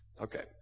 Okay